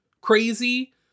crazy